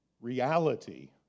Reality